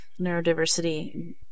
neurodiversity